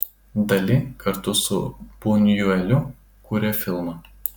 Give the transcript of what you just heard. dali kartu su bunjueliu kuria filmą